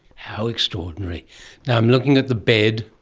how extraordinary. now, i am looking at the bed,